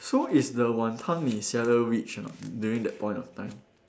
so is the Wanton-Mee seller rich or not during that point of time